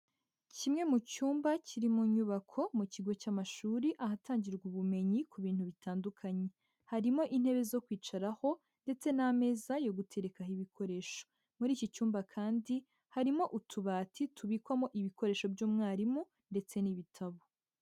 Kimwe mu cyumba kiri mu nyubako mu kigo cy'amashuri, ahatangirwa ubumenyi ku bintu bitandukanye. Harimo intebe zo kwicaraho ndetse n'ameza yo guterekaho ibikoresho. Muri iki cyumba kandi harimo utubati tubikwamo ibikoresho by'umwarimu ndetse n'ibitabo.